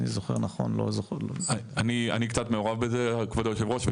אני קצת מעורב בזה, כבוד היושב-ראש.